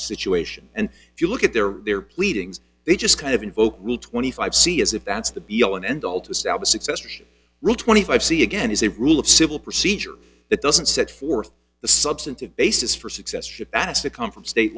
situation and if you look at their their pleadings they just kind of invoke twenty five c as if that's the be all and end all to stab a successor rule twenty five see again as a rule of civil procedure that doesn't set forth the substantive basis for success ship that has to come from state